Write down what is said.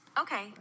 Okay